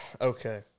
okay